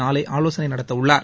நாளை ஆலோசனை நடத்த உள்ளார்